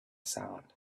sound